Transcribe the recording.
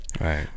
right